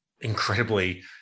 incredibly